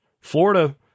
Florida